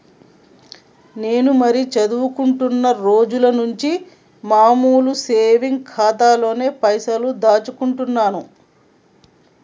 నేను మరీ చదువుకుంటున్నా రోజుల నుంచి మామూలు సేవింగ్స్ ఖాతాలోనే పైసలు దాచుకుంటున్నాను